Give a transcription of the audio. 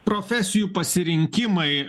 profesijų pasirinkimai